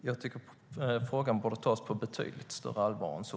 Jag tycker att frågan borde tas på betydligt större allvar än så.